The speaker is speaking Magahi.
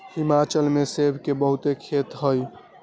हिमाचल में सेब के बहुते खेत हई